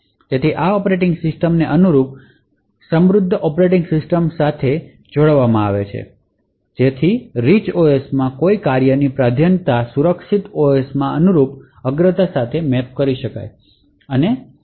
તેથી આ operating system ને અનુરૂપ રીચ ઑપરેટિંગ સિસ્ટમ સાથે સખ્તાઇથી જોડવામાં આવી છે જેથી રીચ ઓએસમાં કોઈ કાર્યની પ્રાધાન્યતા સુરક્ષિત ઓએસમાં અનુરૂપ પ્રાધાન્યતા સાથે મેપ થઈ શકે